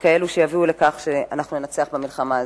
וכאלו שיביאו לכך שאנחנו ננצח במלחמה הזאת.